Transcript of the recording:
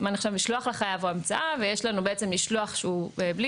משלוח החייב או המצאה ויש לנו בעצם משלוח שהוא בלי